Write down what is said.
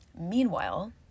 Meanwhile